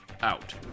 out